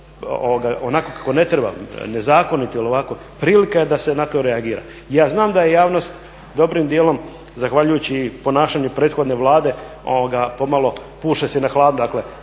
onako kako ne treba, nezakonito ili ovako prilika je da se na to reagira. Ja znam da je javnost dobrim dijelom zahvaljujući ponašanju prethodne Vlade pomalo puše se na hladno.